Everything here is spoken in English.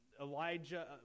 Elijah